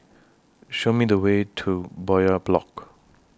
Show Me The Way to Bowyer Block